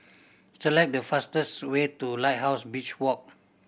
select the fastest way to Lighthouse Beach Walk